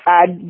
add